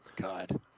God